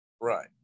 Right